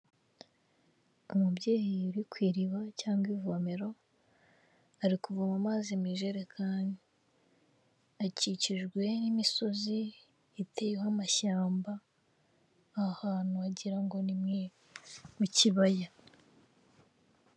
Umubyeyi uri ku iriba cyangwa ivomero ari kuvoma mazi mu ijerekani akikijwe n'imisozi iteyeho amashyamba ahantu wagira ngo ni mu kibaya.